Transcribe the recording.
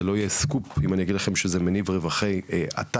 זה לא יהיה סקופ אם אני אגיד לכם - זה מניב רווחי עתק